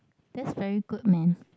that's very good man